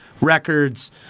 records